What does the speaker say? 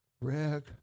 Rick